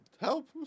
Help